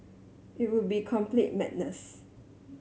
it would be complete madness